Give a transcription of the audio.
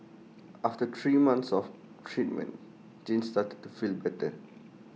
after three months of treatment Jane started to feel better